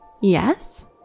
Yes